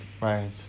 right